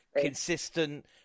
consistent